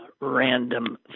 random